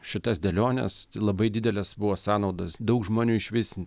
šitas dėliones labai didelės buvo sąnaudos daug žmonių išvis